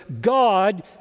God